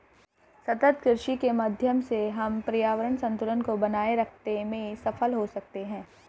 सतत कृषि के माध्यम से हम पर्यावरण संतुलन को बनाए रखते में सफल हो सकते हैं